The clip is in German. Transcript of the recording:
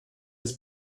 des